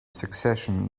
succession